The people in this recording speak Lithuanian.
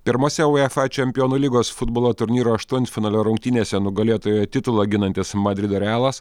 pirmose uefa čempionų lygos futbolo turnyro aštuntfinalio rungtynėse nugalėtojo titulą ginantis madrido realas